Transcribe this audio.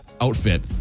outfit